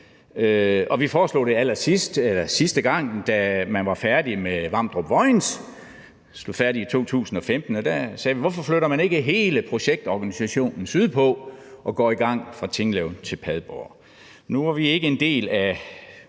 Vi foreslog det sidste gang, da man var færdig med Vamdrup-Vojens – det stod færdigt i 2015 – og da sagde vi: Hvorfor flytter man ikke hele projektorganisationen sydpå og går i gang fra Tinglev til Padborg? Nu var vi ikke en del af